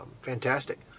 Fantastic